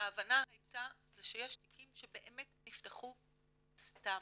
ההבנה הייתה שיש תיקים שבאמת נפתחו סתם.